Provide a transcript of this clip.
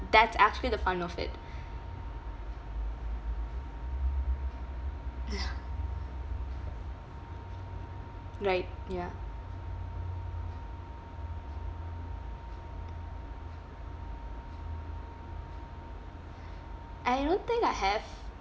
that's actually the fun of it ya right ya I don't think I have